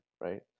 right